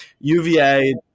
UVA